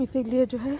इसीलिए जो है